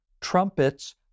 trumpets